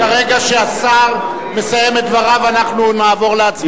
ברגע שהשר מסיים את דבריו אנחנו נעבור להצבעה.